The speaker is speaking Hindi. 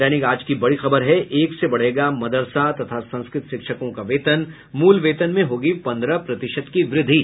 दैनिक आज की बड़ी खबर है एक से बढ़ेगा मदरसा तथा संस्कृत शिक्षकों का वेतन मूल वेतन में होगी पन्द्रह प्रतिशत की वृद्धि